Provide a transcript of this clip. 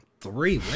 Three